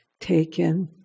taken